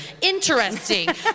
Interesting